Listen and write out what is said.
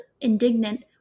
indignant